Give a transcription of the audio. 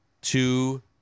two